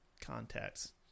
contacts